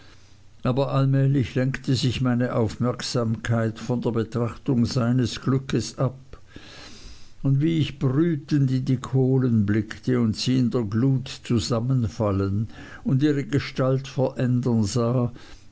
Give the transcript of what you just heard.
aber allmählich lenkte sich meine aufmerksamkeit von der betrachtung seines glückes ab und wie ich brütend in die kohlen blickte und sie in der glut zusammenfallen und ihre gestalt verändern sah